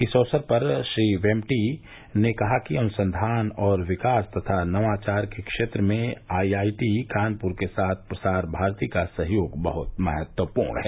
इस अवसर पर श्री वेम्पटी ने कहा कि अनुसंधान और विकास तथा नवाचार के क्षेत्र में आईआईटी कानपुर के साथ प्रसार भारती का सहयोग बहुत महत्वपूर्ण है